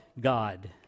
God